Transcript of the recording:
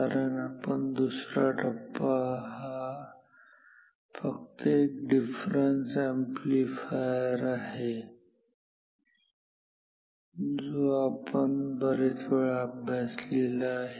कारण आपण दुसरा टप्पा हा फक्त एक डिफरन्स अॅम्प्लीफायर आहे जो आपण पण बरेच वेळा अभ्यासलेला आहे